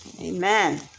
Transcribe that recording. Amen